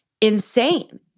insane